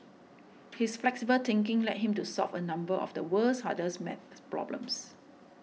his flexible thinking led him to solve a number of the world's hardest maths problems